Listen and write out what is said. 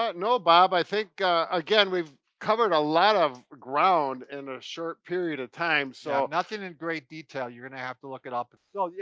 but no, bob, i think again, we've covered a lot of ground in a short period of time. yeah, so nothing in great detail, you're gonna have to look it up. and so yeah,